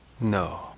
No